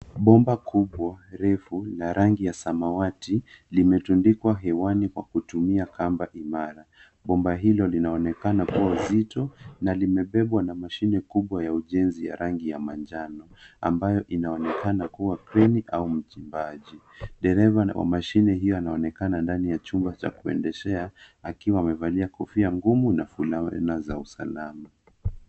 Bomba kubwa refu la rangi ya samawati, Limetundikwa hewani kwa kutumia kamba imara. Bomba hilo linaonekana kuwa zito, na limebebwa na mashine kubwa ya ujenzi ya rangi ya manjano. Ambayo inaonekana kuwa kreni au mchimbaji. Dereva wa mashine hiyo anaonekana ndani ya chumba cha kuendeshea, akiwa amevalia kofia, ngumu na fulana za usalama.